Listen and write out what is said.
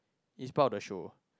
is part of the show